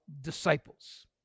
disciples